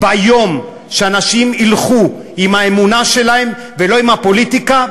ביום שאנשים ילכו עם האמונה שלהם ולא עם הפוליטיקה,